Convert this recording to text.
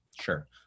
sure